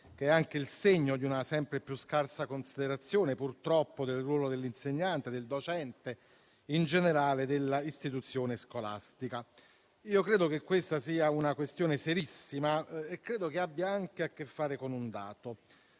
che è anche il segno di una sempre più scarsa considerazione, purtroppo, del ruolo dell'insegnante, del docente e in generale della istituzione scolastica. A mio avviso, questa è una questione serissima che ha anche a che fare con un dato: